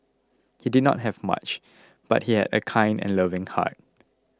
he did not have much but he had a kind and loving heart